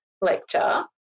lecture